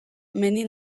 mendi